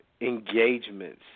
engagements